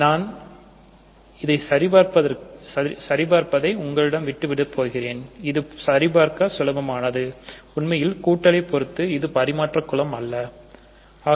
நான் இந்த சரி பார்ப்பதை உங்களிடம் விட்டு விடப் போகிறேன் இது சரிபார்க்க சுலபமானது உண்மையில் கூட்டலை பொறுத்து இது ஒரு பரிமாற்ற குலம் ஆகும்